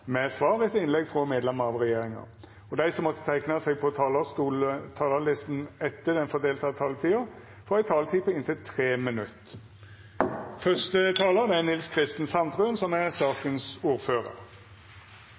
med svar etter innlegg frå medlemer av regjeringa, og dei som måtte teikna seg på talarlista utover den fordelte taletida, får òg ei taletid på inntil 3 minutt. Presidenten redegjorde for hva saken gjelder. Komiteen viser i sin innstilling til FNs bærekraftsmål, som er